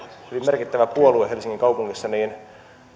hyvin merkittävä puolue helsingin kaupungissa niin